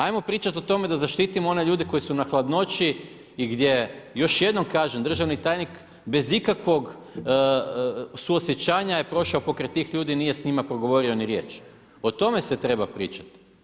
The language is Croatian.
Ajmo pričati o tome da zaštitimo one ljude koji su na hladnoći i gdje, još jednom kažem, državni tajnik bez ikakvog suosjećanja je prošao pokraj tih ljudi, nije s njima progovorio ni riječ, o tome se treba pričati.